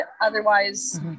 otherwise